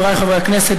חברי הכנסת,